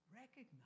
recognize